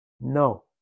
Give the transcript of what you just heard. No